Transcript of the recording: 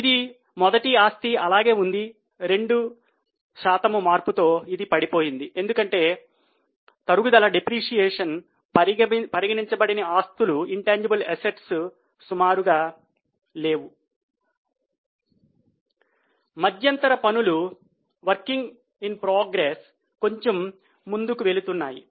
ఇది మొదటి ఆస్తి అలాగే ఉంది 2 మార్పుతో ఇది పడిపోయింది ఎందుకంటే తరుగుదల కొంచెం ముందుకు వెళుతున్నాయి